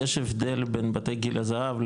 יש הבדל בין בתי גיל הזהב,